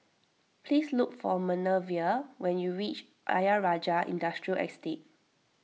please look for Manervia when you reach Ayer Rajah Industrial Estate